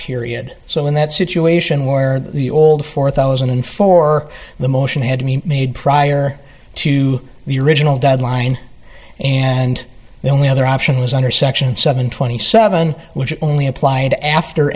period so in that situation where the old four thousand and four the motion had to be made prior to the original deadline and the only other option was under section seven twenty seven which only applied to after